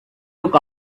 took